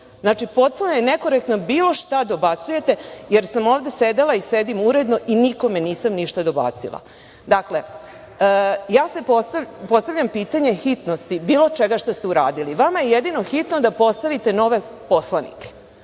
Znači, potpuno je nekorektno bilo šta dobacivati, jer sam ovde sedela i sedim uredno i nikome ništa nisam dobacila. Dakle, ja sad postavljam pitanje hitnosti, bilo čega što ste uradili. Vama je jedino hitno da postavite nove poslanike,